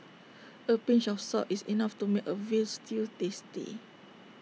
A pinch of salt is enough to make A Veal Stew tasty